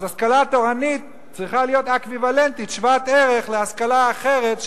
השכלה תורנית צריכה להיות שוות ערך להשכלה אחרת,